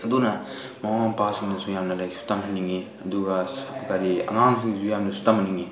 ꯑꯗꯨꯅ ꯃꯃꯥ ꯃꯄꯥꯁꯤꯡꯅꯁꯨ ꯌꯥꯝꯅ ꯂꯥꯏꯔꯤꯛꯁꯤ ꯇꯝꯍꯟꯅꯤꯡꯉꯤ ꯑꯗꯨꯒ ꯀꯔꯤ ꯑꯉꯥꯡꯁꯤꯡꯁꯤꯁꯨ ꯌꯥꯝꯅꯁꯨ ꯇꯝꯍꯟꯅꯤꯡꯉꯤ